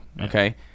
Okay